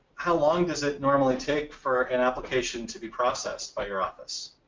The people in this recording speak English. how long does it normally take for an application to be processed by your office?